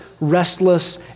restless